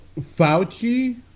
Fauci